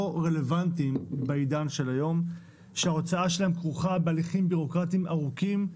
רלוונטיים וההוצאה שלהם כרוכה בהליכים בירוקרטיים ארוכים.